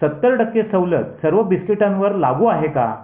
सत्तर टक्के सवलत सर्व बिस्किटांवर लागू आहे का